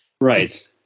right